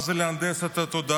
מה זה להנדס את התודעה?